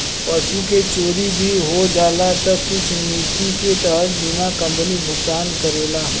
पशु के चोरी भी हो जाला तऽ कुछ निति के तहत बीमा कंपनी भुगतान करेला